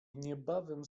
niebawem